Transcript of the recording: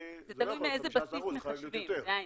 זה לא יכול 15%, זה חייב להיות יותר.